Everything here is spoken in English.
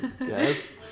Yes